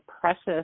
precious